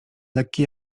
lekki